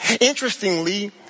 Interestingly